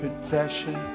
possession